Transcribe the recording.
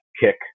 kick